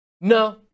No